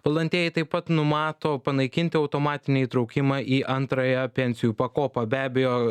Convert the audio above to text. valdantieji taip pat numato panaikinti automatinį įtraukimą į antrąją pensijų pakopą be abejo